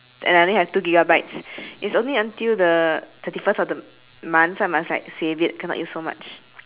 and I think I have two gigabytes is only until the thirty first of the month so I must like save it cannot use so much